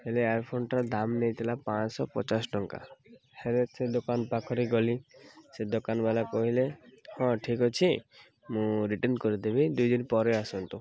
ହେଲେ ଇୟର୍ ଫୋନ୍ଟାର ଦାମ ନେଇଥିଲା ପାଁଶହ ପଚାଶ ଟଙ୍କା ହେଲେ ସେ ଦୋକାନ ପାଖରେ ଗଲି ସେ ଦୋକାନ ବାଲା କହିଲେ ହଁ ଠିକ୍ ଅଛି ମୁଁ ରିଟର୍ନ କରିଦେବି ଦୁଇ ଦିନ୍ ପରେ ଆସନ୍ତୁ